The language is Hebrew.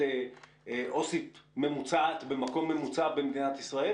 עובדת סוציאלית במקום ממוצע במדינת ישראל?